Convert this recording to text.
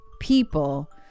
people